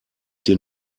den